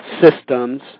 systems